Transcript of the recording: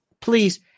please